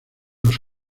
los